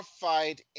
fight